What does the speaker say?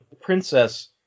princess